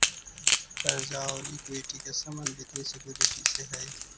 कर्जा औउर इक्विटी के संबंध वित्तीय सिक्योरिटी से हई